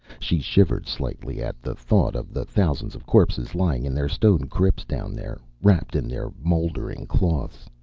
she shivered slightly at the thought of the thousands of corpses lying in their stone crypts down there, wrapped in their moldering cloths.